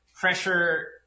pressure